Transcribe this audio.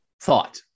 thought